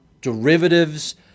derivatives